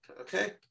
okay